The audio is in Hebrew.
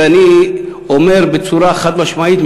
ואני אומר בצורה חד-משמעית,